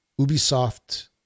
Ubisoft